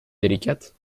délicate